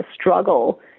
struggle